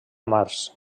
març